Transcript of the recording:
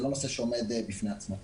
זה נושא שעומד בפני עצמו.